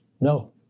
No